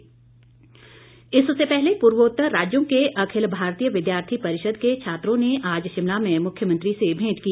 ABVP CM इससे पहले पूर्वोत्तर राज्यों के अखिल भारतीय विद्यार्थी परिषद के छात्रों ने आज शिमला में मुख्यमंत्री से भेंट की